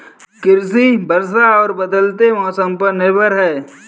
कृषि वर्षा और बदलते मौसम पर निर्भर है